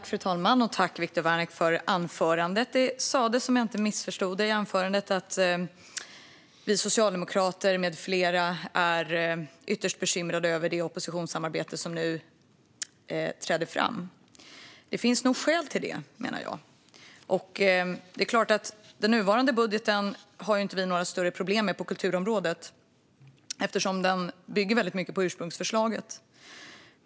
Fru talman! Tack, Viktor Wärnick, för anförandet! Det sas, om jag inte missförstod det, i anförandet att vi socialdemokrater med flera är ytterst bekymrade över det oppositionssamarbete som nu träder fram. Det finns nog skäl till det, menar jag. Det är klart att vi inte har några stora problem med den nuvarande budgeten på kulturområdet eftersom den bygger väldigt mycket på ursprungsförslaget.